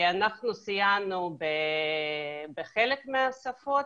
אנחנו סייענו בחלק מהשפות.